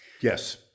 Yes